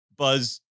Buzz